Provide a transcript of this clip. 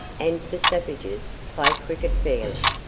and, for savages, play cricket fairly.